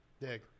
dig